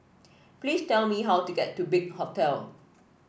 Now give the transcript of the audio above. please tell me how to get to Big Hotel